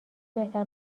بهتر